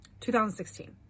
2016